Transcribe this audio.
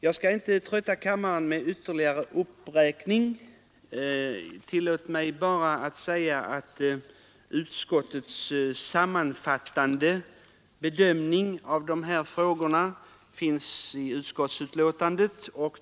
Jag skall inte trötta kammarens ledamöter med ytterligare uppräkning. Tillåt mig bara att säga att utskottets sammanfattande bedömning av dessa frågor finns i utskottsbetänkandet.